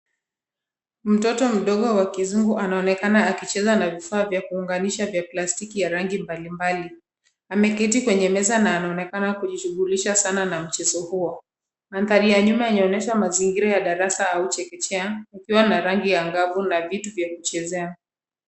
Mtoto mdogo wa kizungu anaonekana akicheza na vifaa vya kuunganisha vya plastiki ya rangi mbalimbali. Ameketi kwenye meza na anaonekana kujishughulisha sana na mchezo huo. Mandhari ya nyuma inaonyesha mazingira ya darasa au chekechea ikiwa na rangi angavu na vitu vya kuchezea.